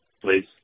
Please